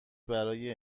برای